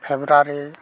February